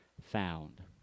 found